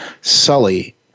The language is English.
Sully